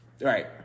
right